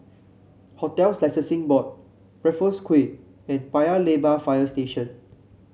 Hotels Licensing Board Raffles Quay and Paya Lebar Fire Station